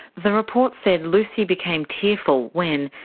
the report said lucy became tearful when,